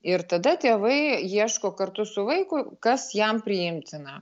ir tada tėvai ieško kartu su vaiku kas jam priimtina